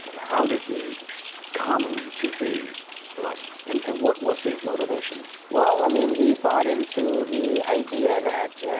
how did he come to be with isis? and and what was his motivation? well, i mean he bought into the idea that,